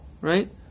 right